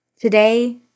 Today